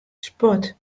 sport